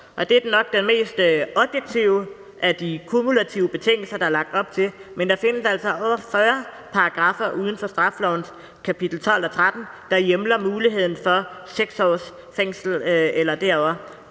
Det er nok den mest objektive af de kumulative betingelser, der er lagt op til. Men der findes altså over 40 paragraffer uden for straffelovens kapitel 12 og 13, der hjemler muligheden for 6 års fængsel eller derover.